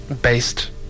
based